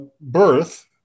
birth